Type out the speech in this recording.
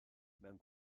mewn